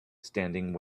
standing